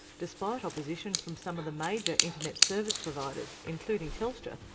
despite opposition from some of the major internet service providers including telstra,